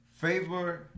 favorite